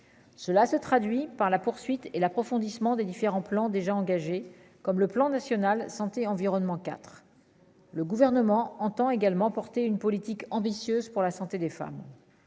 cela se traduit par la poursuite et l'approfondissement des différents plans déjà engagés comme le Plan national santé environnement IV, le gouvernement entend également porter une politique ambitieuse pour la santé des femmes,